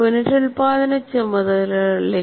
പുനരുൽപാദന ചുമതലകളിലേക്ക്